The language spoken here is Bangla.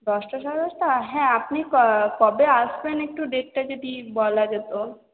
দশটা সাড়ে দশটা হ্যাঁ আপনি কবে আসবেন একটু ডেটটা যদি বলা যেত